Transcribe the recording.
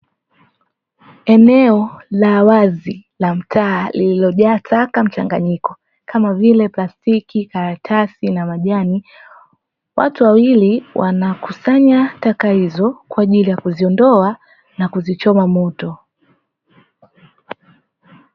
Eneo la wazi la mtaa lililojaa taka mchanganyiko kama vile; plastiki, karatasi, na majani. Watu wawili wanakusanya taka hizo kwa ajili ya kuziondoa na kuzichoma moto.